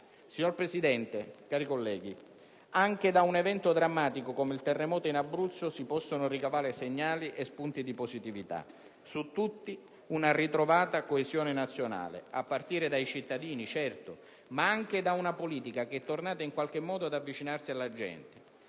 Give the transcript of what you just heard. Signor Presidente, cari colleghi, anche da un evento drammatico come il terremoto in Abruzzo si possono ricavare segnali e spunti di positività. Su tutti, una ritrovata coesione nazionale, a partire dai cittadini, certo, ma anche da una politica che è tornata in qualche modo ad avvicinarsi alla gente.